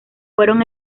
fueron